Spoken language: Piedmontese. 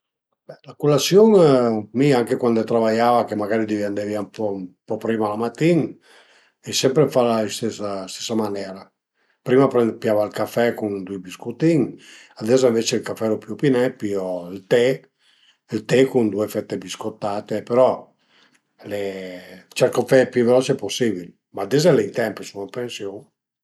Be la culasiun mi anche cuand a travaiava che magari dëvìa ande vìa ën po ën po prima la matin ai sempre fala a la stesa manera: prima piava ël café cun dui biscutin, ades ënvece ël café lu pìu pi nen, pìu ël te ël te cun due fette biscottate però cercu dë fe pi veloce pusibil, ma ades l'ai temp, sun ën pensiun